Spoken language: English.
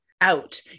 out